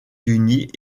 unis